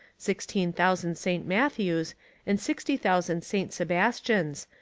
sixteen thousand st. matthews and sixty thousand st. sebastians,